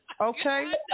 Okay